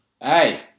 Hey